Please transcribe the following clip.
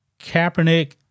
Kaepernick